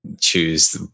choose